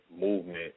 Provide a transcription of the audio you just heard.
movement